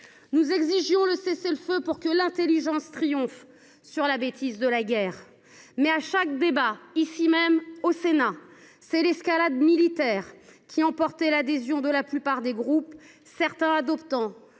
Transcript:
avons exigé le cessez le feu pour que l’intelligence triomphe de la bêtise de la guerre. Mais, lors de chaque débat, ici même au Sénat, c’est l’escalade militaire qui a emporté l’adhésion de la plupart des groupes, certains s’exprimant